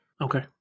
okay